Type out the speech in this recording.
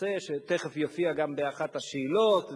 נושא שתיכף יופיע גם באחת השאלות,